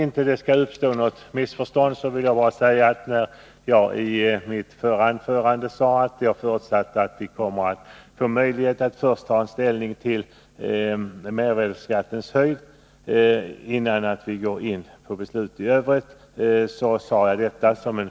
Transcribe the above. I mitt förra anförande förutsatte jag att vi får möjlighet att ta ställning till mervärdeskattens höjd innan vi går in på beslut i övrigt.